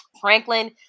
Franklin